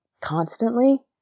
constantly